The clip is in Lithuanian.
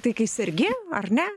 tai kai sergi ar ne